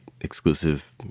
exclusive